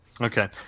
Okay